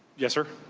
yes sir.